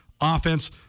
offense